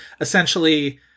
essentially